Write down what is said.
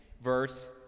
verse